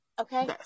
okay